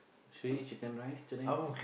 should we eat chicken rice today